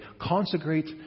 Consecrate